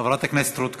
חברת הכנסת רות קלדרון.